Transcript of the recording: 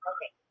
Okay